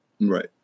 Right